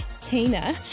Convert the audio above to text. Tina